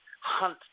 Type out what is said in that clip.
hunt